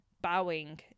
bowing